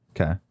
Okay